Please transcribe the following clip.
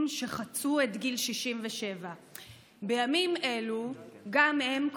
שחצו את גיל 67. בימים אלו גם הם,